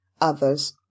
others